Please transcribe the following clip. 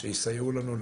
שיסייעו לנו,